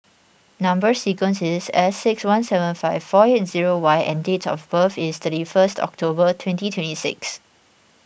Number Sequence is S six one seven five four eight zero Y and date of birth is thirty first October twenty twenty six